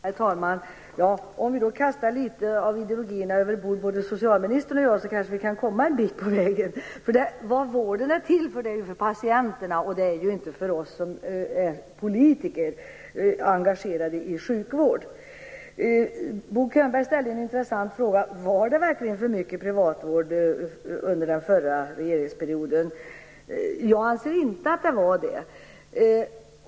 Herr talman! Om både socialministern och jag kastar litet av ideologierna över bord, kanske vi kan komma en bit på väg. Vården är ju till för patienterna, inte för oss politiker som är engagerade i sjukvårdsfrågor. Bo Könberg ställde en intressant fråga, om det verkligen var för mycket privatvård under den förra regeringsperioden. Jag anser inte att det var det.